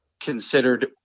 considered